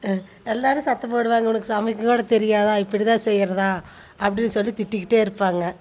எல்லோரும் சத்தம் போடுவாங்க உனக்கு சமைக்க கூட தெரியாதா இப்படி தான் செய்கிறதா அப்படின்னு சொல்லி திட்டிக்கிட்டு இருப்பாங்க